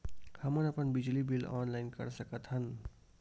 हमन अपन बिजली बिल ऑनलाइन कर सकत हन?